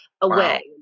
away